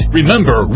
Remember